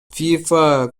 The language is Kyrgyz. фифа